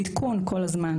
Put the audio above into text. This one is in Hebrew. עדכון תמידי,